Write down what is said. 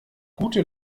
gute